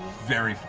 very,